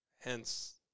Hence